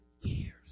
years